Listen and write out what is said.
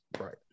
Right